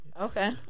Okay